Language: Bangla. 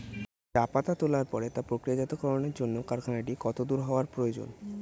চা পাতা তোলার পরে তা প্রক্রিয়াজাতকরণের জন্য কারখানাটি কত দূর হওয়ার প্রয়োজন?